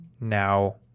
now